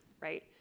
right